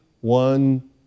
one